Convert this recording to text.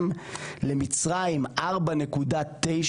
למצרים BCM4.9,